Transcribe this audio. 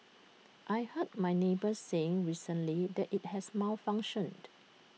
I heard my neighbour saying recently that IT has malfunctioned